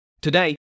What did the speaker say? Today